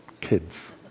Kids